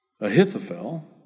Ahithophel